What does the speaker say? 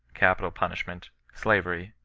capital punishment, slavery,